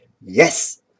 Yes